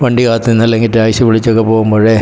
വണ്ടി കാത്തു നിന്ന് അല്ലെങ്കിൽ ടാസ്ക്സി വിളിച്ചൊക്കെ പോവുമ്പഴേ